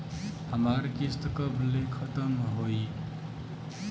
हमार किस्त कब ले खतम होई?